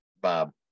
Bob